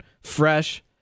fresh